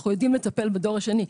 אנחנו יודעים לטפל בדור השני.